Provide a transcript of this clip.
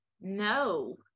No